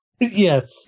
yes